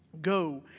Go